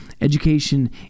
Education